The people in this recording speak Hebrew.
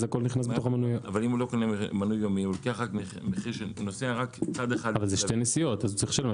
אחרת זה שתי נסיעות.